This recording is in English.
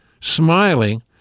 smiling